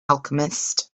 alchemist